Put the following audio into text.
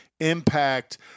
impact